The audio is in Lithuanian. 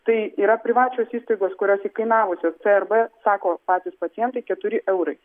tai yra privačios įstaigos kurios įkainavusios crb sako patys pacientai keturi eurai